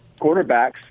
quarterbacks